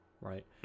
right